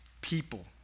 people